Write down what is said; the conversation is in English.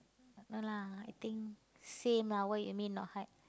no lah I think same lah what you mean not hard